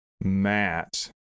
Matt